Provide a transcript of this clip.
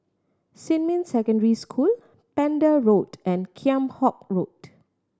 Xinmin Secondary School Pender Road and Kheam Hock Road